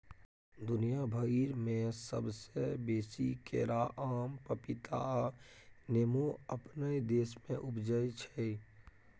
दुनिया भइर में सबसे बेसी केरा, आम, पपीता आ नेमो अपने देश में उपजै छै